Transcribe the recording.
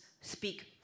speak